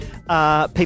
People